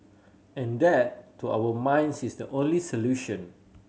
and that to our minds is the only solution